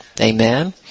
Amen